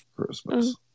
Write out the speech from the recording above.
Christmas